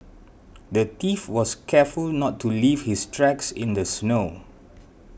the thief was careful not to leave his tracks in the snow